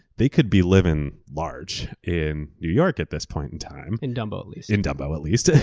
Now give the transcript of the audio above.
they could be living large in new york at this point in time. in dumbo at least. in dumbo at least. and